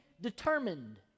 determined